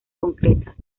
concretas